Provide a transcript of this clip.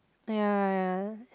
ya ya